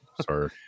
Sorry